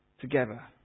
together